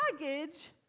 luggage